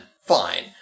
Fine